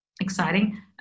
Exciting